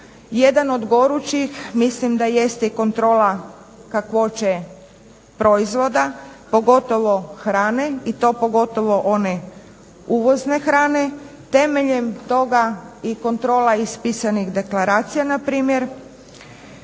Jedan od gorućih, mislim da jeste i kontrola kakvoće proizvoda, pogotovo hrane i to pogotovo one uvozne hrane, temeljem toga i kontrola ispisanih deklaracija npr.